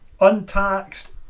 Untaxed